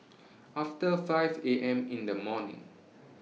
after five A M in The morning